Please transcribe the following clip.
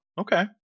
okay